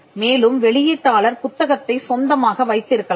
மேலும் வெளியீட்டாளர் புத்தகத்தை சொந்தமாக வைத்திருக்கலாம்